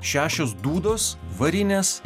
šešios dūdos varinės